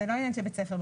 זה לא עניין של בית ספר.